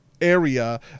area